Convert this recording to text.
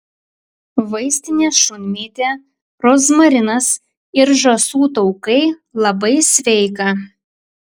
vaistinė šunmėtė rozmarinas ir žąsų taukai labai sveika